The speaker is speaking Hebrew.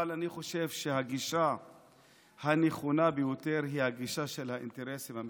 אבל אני חושב שהגישה הנכונה ביותר היא הגישה של האינטרסים המשותפים.